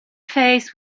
phase